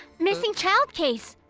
missing child case!